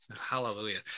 Hallelujah